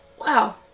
Wow